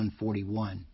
141